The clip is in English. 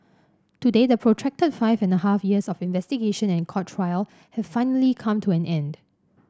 today the protracted five and a half years of investigation and court trial have finally come to an end